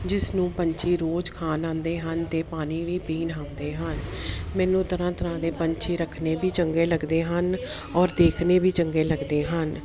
ਜਿਸ ਨੂੰ ਪੰਛੀ ਰੋਜ਼ ਖਾਣ ਆਉਂਦੇ ਹਨ ਅਤੇ ਪਾਣੀ ਵੀ ਪੀਣ ਆਉਂਦੇ ਹਨ ਮੈਨੂੰ ਤਰ੍ਹਾਂ ਤਰ੍ਹਾਂ ਦੇ ਪੰਛੀ ਰੱਖਣੇ ਵੀ ਚੰਗੇ ਲੱਗਦੇ ਹਨ ਔਰ ਦੇਖਣੇ ਵੀ ਚੰਗੇ ਲੱਗਦੇ ਹਨ